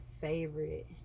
favorite